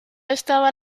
estaba